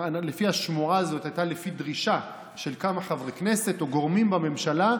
לפי השמועה זה היה לפי דרישה של כמה חברי כנסת או גורמים בממשלה,